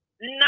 No